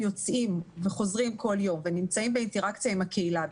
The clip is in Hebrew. יוצאים וחוזרים כל יום ונמצאים באינטראקציה עם הקהילה,